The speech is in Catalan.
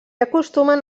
acostumen